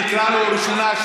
אני אקרא אותו ראשונה,